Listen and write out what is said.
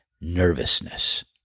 nervousness